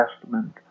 Testament